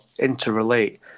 interrelate